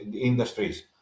industries